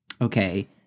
Okay